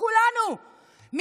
הוקענו אותו כולנו,